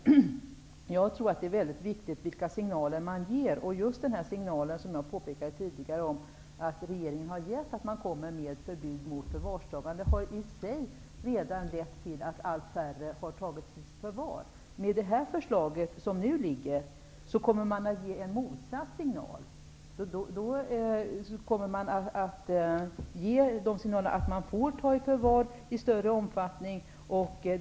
Jag tror att det här med vilka signaler man ger är väldigt viktigt. Just den signal från regeringen som jag tidigare pekat på och som gäller förbud mot förvarstagande har i sig redan lett till att allt färre tas i förvar. Med nu föreliggande förslag blir signalen den motsatta, nämligen att man i större omfattning får ta i förvar.